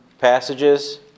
passages